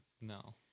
No